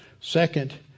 Second